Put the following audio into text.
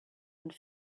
and